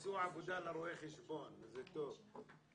מצאו עבודה לרואי חשבון, זה טוב.